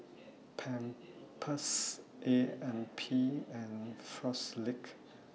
Pampers A M P and Frisolac